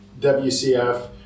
WCF